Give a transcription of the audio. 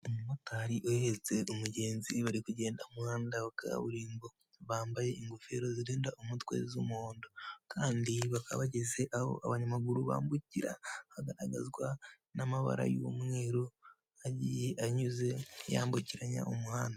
Umumotari uhetse umugenzi bari kugenda muhanda wa kaburimbo, bambaye ingofero zirinda umutwe z'umuhondo kandi bakaba bageze aho abanyamaguru bambukira, hagaragazwa n'amabara y'umweru agiye anyuze yambukiranya umuhanda.